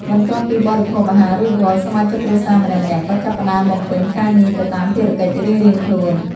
បន្ទាប់ពីបរិភោគអាហាររួចរាល់ សមាជិកគ្រួសារម្នាក់ៗក៏ចាប់ផ្តើមបំពេញការងារទៅតាមភារកិច្ចរៀងៗខ្លួន។